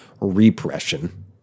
repression